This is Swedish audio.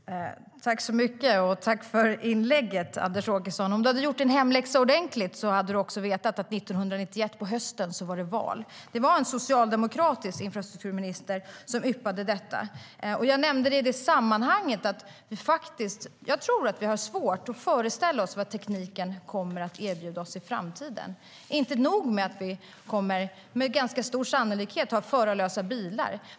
Herr talman! Jag tackar Anders Åkesson för inlägget. Om Anders Åkesson hade gjort sin hemläxa ordentligt hade han vetat att det var val hösten 1991. Det var en socialdemokratisk infrastrukturminister som yppade detta. Jag nämnde det i sammanhanget för att jag tror att vi har svårt att föreställa oss vad tekniken kommer att erbjuda oss i framtiden. Inte nog med att vi med ganska stor sannolikhet kommer att ha förarlösa bilar.